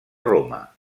roma